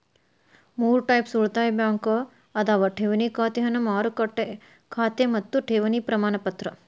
ಮೂರ್ ಟೈಪ್ಸ್ ಉಳಿತಾಯ ಬ್ಯಾಂಕ್ ಅದಾವ ಠೇವಣಿ ಖಾತೆ ಹಣ ಮಾರುಕಟ್ಟೆ ಖಾತೆ ಮತ್ತ ಠೇವಣಿ ಪ್ರಮಾಣಪತ್ರ